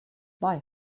bye